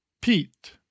Pete